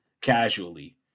casually